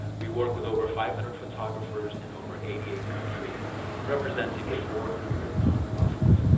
we work with over five hundred photographers in over eighty eight countries representing and four hundred nonprofits.